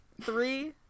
Three